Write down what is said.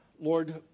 Lord